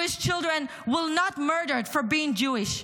Jewish children will not be murdered for being Jewish.